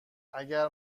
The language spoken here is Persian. اگر